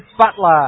Butler